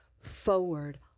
forward